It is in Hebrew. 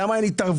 למה אין התערבות